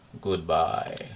goodbye